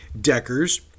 deckers